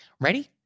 Ready